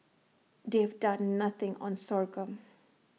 they've done nothing on sorghum